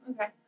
okay